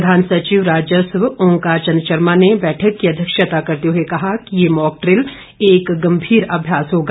प्रधान सचिव राजस्व ओंकार चंद शर्मा ने बैठक की अध्यक्षता करते हुए कहा कि ये मॉकड्रिल एक गंभीर अभ्यास होगा